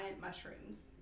mushrooms